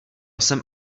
jsem